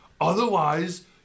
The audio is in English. Otherwise